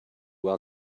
while